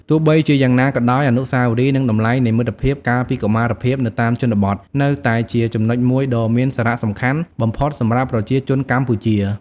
ទោះបីជាយ៉ាងណាក៏ដោយ អនុស្សាវរីយ៍និងតម្លៃនៃមិត្តភាពកាលពីកុមារភាពនៅតាមជនបទនៅតែជាចំណុចមួយដ៏មានសារៈសំខាន់បំផុតសម្រាប់ប្រជាជនកម្ពុជា។